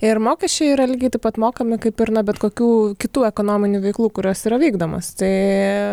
ir mokesčiai yra lygiai taip pat mokami kaip ir nuo bet kokių kitų ekonominių veiklų kurios yra vykdomos tai